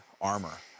armor